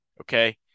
Okay